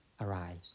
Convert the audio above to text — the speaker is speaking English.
arise